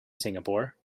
singapore